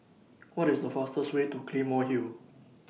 What IS The fastest Way to Claymore Hill